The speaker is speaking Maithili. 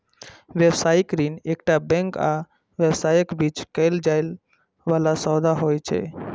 व्यावसायिक ऋण एकटा बैंक आ व्यवसायक बीच कैल जाइ बला सौदा होइ छै